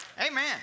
Amen